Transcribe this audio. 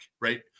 right